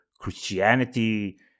Christianity